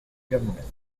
government